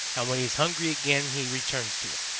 and when he is hungry again he returns to it.